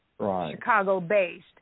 Chicago-based